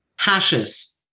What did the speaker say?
hashes